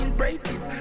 braces